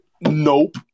Nope